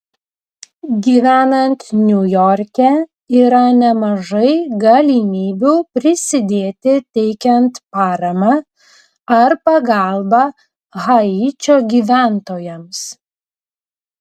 gyvenant niujorke yra nemažai galimybių prisidėti teikiant paramą ar pagalbą haičio gyventojams